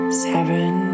seven